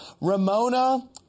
Ramona